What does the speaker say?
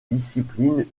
disciplines